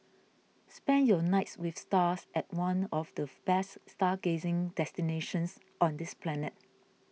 spend your nights with stars at one of the best stargazing destinations on this planet